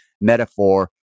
metaphor